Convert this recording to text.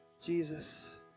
Jesus